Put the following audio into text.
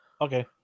Okay